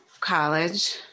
college